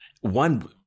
one